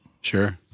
Sure